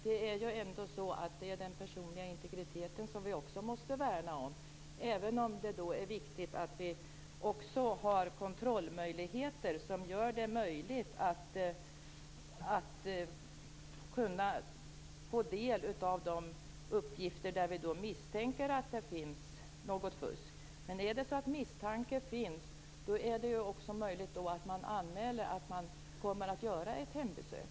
Det är ju ändå så att vi måste värna om den personliga integriteten, även om det är viktigt att vi också har kontrollmöjligheter som gör det möjligt att få del av uppgifter i de fall där vi misstänker att fusk förekommer. Är det så att misstanke finns är det ju också möjligt att anmäla att man kommer att göra ett hembesök.